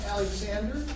Alexander